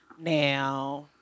Now